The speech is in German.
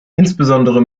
insbesondere